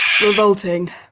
Revolting